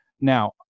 Now